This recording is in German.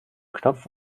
knopf